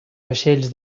vaixells